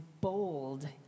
bold